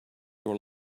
your